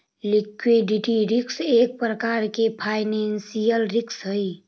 liquidity risk एक प्रकार के फाइनेंशियल रिस्क हई